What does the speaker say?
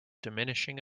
diminishing